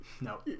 No